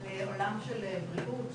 על עולם של בריאות,